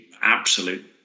absolute